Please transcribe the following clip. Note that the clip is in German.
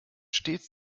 stets